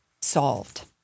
solved